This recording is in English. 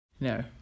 No